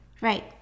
Right